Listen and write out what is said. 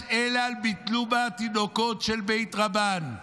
אלא בשביל שביטלו בה תינוקות של בית רבן.